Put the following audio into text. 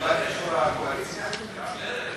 שאתה לא מצביע על החוק של עצמך.